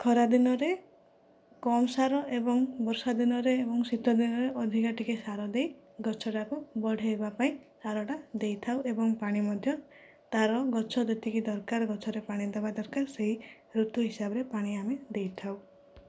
ଖରା ଦିନରେ କମ ସାର ଏବଂ ବର୍ଷା ଦିନରେ ଏବଂ ଶୀତ ଦିନରେ ଅଧିକା ଟିକେ ସାର ଦେଇ ଗଛ ଟାକୁ ବଢ଼ାଇବା ପାଇଁ ସାରଟା ଦେଇଥାଉ ଏବଂ ପାଣି ମଧ୍ୟ ତା'ର ଗଛ ଯେତିକି ଦରକାର ଗଛରେ ପାଣି ଦେବା ଦରକାର ସେହି ଋତୁ ହିସାବରେ ପାଣି ଆମେ ଦେଇଥାଉ